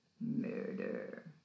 murder